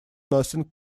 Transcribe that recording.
nothing